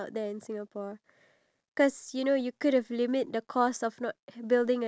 the people who are going to shop and spend in that shopping mall aren't the elderly